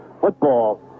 Football